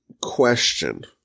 question